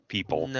People